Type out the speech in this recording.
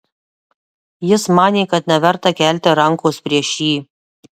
jis manė kad neverta kelti rankos prieš jį